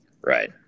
Right